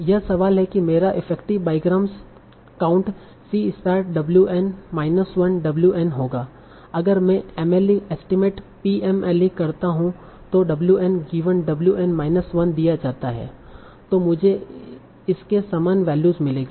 यहाँ सवाल यह है कि मेरा effective bigram count c star w n minus one w n होगा अगर मैं MLE एस्टीमेट PMLE करता हूं तों w n given w n minus 1 दिया जाता है तो मुझे इसके समान वैल्यूज मिलेगी